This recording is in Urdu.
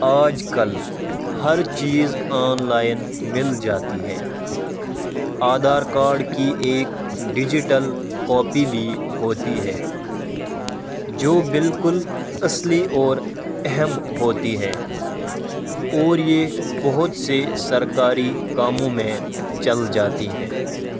آج کل ہر چیز آن لائن مل جاتی ہے آدھار کارڈ کی ایک ڈیجیٹل کاپی بھی ہوتی ہے جو بالکل اصلی اور اہم ہوتی ہے اور یہ بہت سے سرکاری کاموں میں چل جاتی ہیں